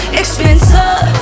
expensive